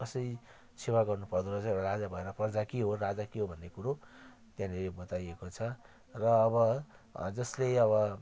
कसरी सेवा गर्नुपर्दो रहेछ राजा भएर प्रजा के हो राजा के हो भन्ने कुरो त्यहाँनेरि बताइएको छ र अब जसले अब